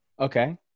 Okay